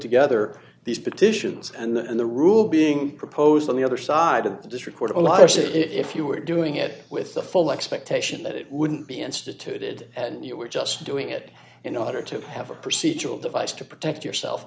together these petitions and the rule being proposed on the other side of this record a lot of if you were doing it with the full expectation that it wouldn't be instituted and you were just doing it in order to have a procedural device to protect yourself